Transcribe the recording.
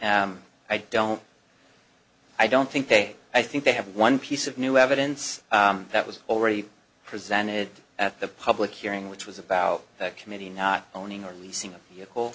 and i don't i don't think they i think they have one piece of new evidence that was already presented at the public hearing which was about the committee not owning or leasing a vehicle